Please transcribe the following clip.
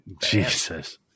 Jesus